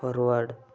forward